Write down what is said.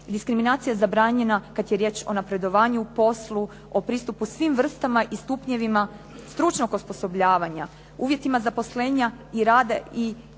diskriminacija kada je riječ o napredovanju u poslu, o pristupu svim vrstama i stupnjevima stručnog osposobljavanja, uvjetima zaposlenja u odnosu na sva